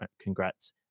congrats